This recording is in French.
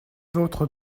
votre